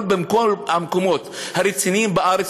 בכל המקומות הרציניים בארץ,